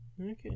Okay